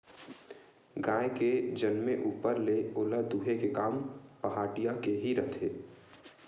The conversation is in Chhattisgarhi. गाय के जनमे ऊपर ले ओला दूहे के काम पहाटिया के ही रहिथे